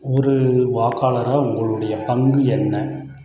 ஒரு வாக்காளராக உங்களுடைய பங்கு என்ன